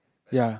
ya